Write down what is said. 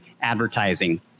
advertising